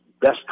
best